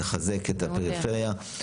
נחזק את הפריפריה.